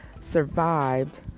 survived